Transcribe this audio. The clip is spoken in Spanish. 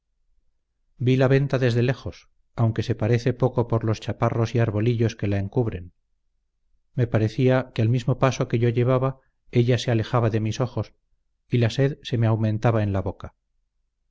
vi la venta desde lejos aunque se parece poco por los chaparros y arbolillos que la encubren me parecía que al mismo paso que yo llevaba ella se alejaba de mis ojos y la sed se me aumentaba en la boca